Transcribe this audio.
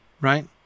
Right